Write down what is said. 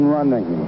Running